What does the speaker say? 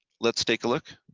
let's take a look!